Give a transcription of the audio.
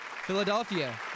Philadelphia